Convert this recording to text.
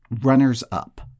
runners-up